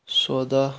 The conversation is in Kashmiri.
سۄداہ